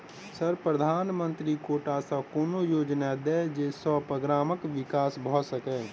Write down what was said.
Sir प्रधानमंत्री quota सऽ कोनो योजना दिय जै सऽ ग्रामक विकास भऽ सकै?